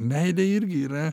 meilė irgi yra